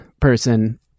person